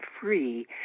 free